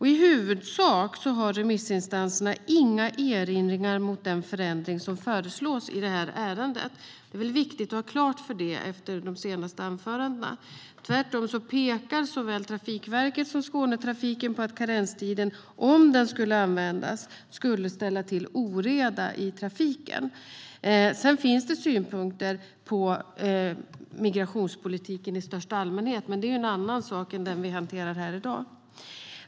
I huvudsak har remissinstanserna inga erinringar mot den förändring som föreslås i detta ärende. Det är viktigt att ha det klart för sig efter de senaste anförandena. Tvärtom pekar såväl Trafikverket som Skånetrafiken på att karenstiden, om den skulle användas, skulle ställa till oreda i trafiken. Sedan finns det synpunkter på migrationspolitiken i största allmänhet, men det är en annan sak än den som vi hanterar här i dag.